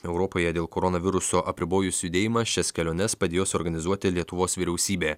europoje dėl koronaviruso apribojus judėjimą šias keliones padėjo suorganizuoti lietuvos vyriausybė